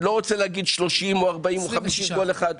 לא רוצה להגיד 30% או 40% או 50%, כל אחד.